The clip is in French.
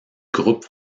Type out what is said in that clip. groupe